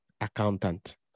accountant